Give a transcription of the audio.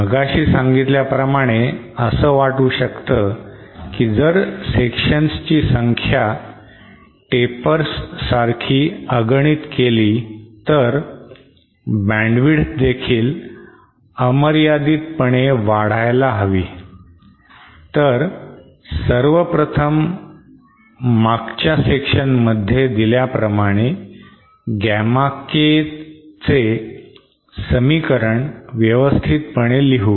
मगाशी सांगितल्याप्रमाणे असं वाटू शकत कि जर सेक्शन्स ची संख्या टेपर्स सारखी अगणित केली तर बॅन्डविड्थ देखील अमर्यादितपणे वाढायला हवी तर सर्वप्रथम मागच्या सेक्शन्समध्ये दिल्याप्रमाणे गॅमा के चे समीकरण व्यवस्थितपणे लिहू